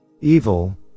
Evil